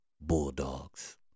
Bulldogs